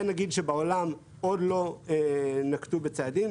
נגיד שבעולם עוד לא נקטו בצעדים,